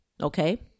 Okay